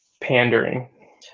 pandering